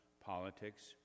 Politics